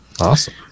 Awesome